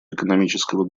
экономического